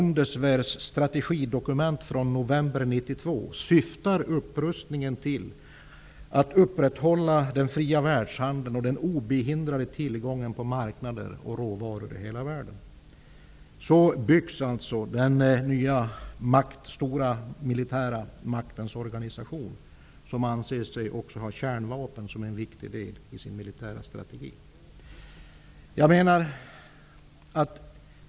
Enligt det tyska Bundeswehrs strategidokument från november 1992 syftar upprustningen till att upprätthålla den fria världshandeln och den obehindrade tillgången på marknader och råvaror i hela världen. Så byggs således den nya stora militära maktens organisation. Den anser också att kärnvapen är en viktig del i dess militära strategi.